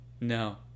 No